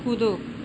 कूदो